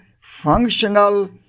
functional